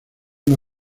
una